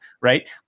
right